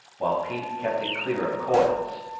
while pete kept it clear of coils.